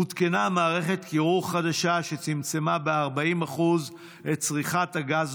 הותקנה מערכת קירור חדשה שצמצמה ב-40% את צריכת הגז